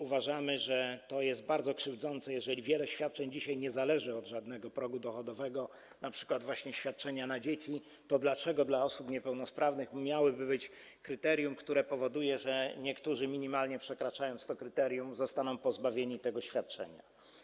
Uważamy, że to jest bardzo krzywdzące, że skoro wiele świadczeń dzisiaj nie zależy od żadnego progu dochodowego, np. właśnie świadczenia na dzieci, to dlaczego w stosunku do osób niepełnosprawnych miałoby być stosowane to kryterium, które powoduje, że niektórzy, minimalnie przekraczając progi w tym kryterium, zostaną pozbawieni tego świadczenia.